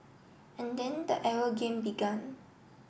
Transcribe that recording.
and then the arrow game began